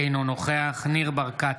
אינו נוכח ניר ברקת,